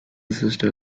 sister